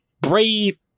brave